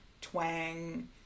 twang